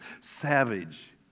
Savage